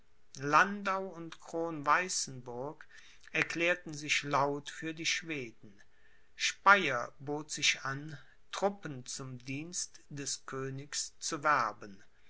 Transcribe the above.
landau und kronweißenburg erklärten sich laut für die schweden speyer bot sich an truppen zum dienst des königs zu werben